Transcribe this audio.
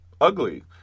ugly